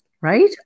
Right